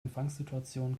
empfangssituation